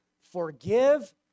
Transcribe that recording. forgive